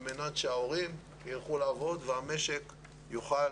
על מנת שההורים ילכו לעבוד והמשק יוכל